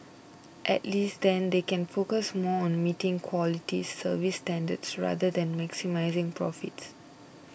at least then they can focus more on meeting quality service standards rather than maximising profits